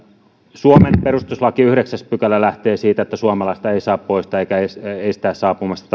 suomen perustuslaki yhdeksäs pykälä lähtee siitä että suomalaista ei saa poistaa maasta eikä estää estää saapumasta